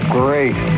great